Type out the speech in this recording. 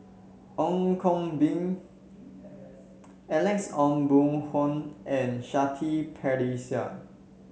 Ong Koh Been Alex Ong Boon Hau and Shanti Pereira